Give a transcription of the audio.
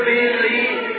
believe